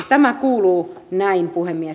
tämä kuuluu näin puhemies